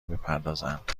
بپردازند